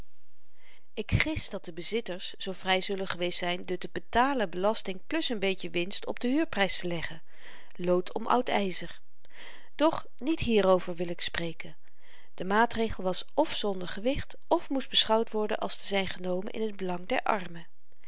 ik gis dat de bezitters zoo vry zullen geweest zyn de te betalen belasting plus n beetje winst op den huurprys te leggen lood om oud yzer doch niet hierover wil ik spreken de maatregel was f zonder gewicht f moest beschouwd worden als te zyn genomen in t belang der armen